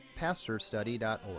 pastorstudy.org